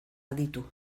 aditu